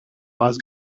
was